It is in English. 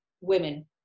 women